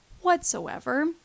whatsoever